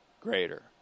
greater